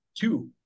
two